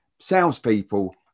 salespeople